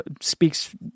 speaks